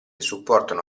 supportano